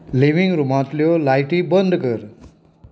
living रुमांतल्यो लायटी बंद कर